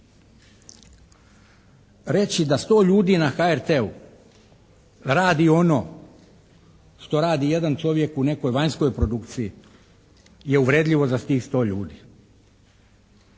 Reći da 100 ljudi na HRT-u radi ono što radi jedan čovjek u nekoj vanjskoj produkciji je uvredljivo za tih 100 ljudi.